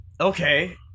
Okay